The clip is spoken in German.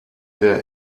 der